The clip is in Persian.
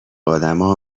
ادمها